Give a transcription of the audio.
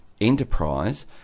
enterprise